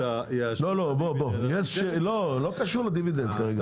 לא קשור לדיבידנד.